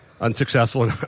unsuccessful